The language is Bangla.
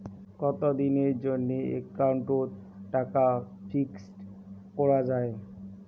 কতদিনের জন্যে একাউন্ট ওত টাকা ফিক্সড করা যায়?